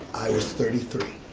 i was thirty three,